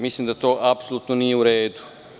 Mislim da to apsolutno nije u redu.